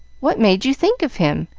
what made you think of him?